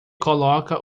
coloca